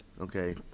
Okay